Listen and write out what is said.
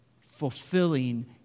fulfilling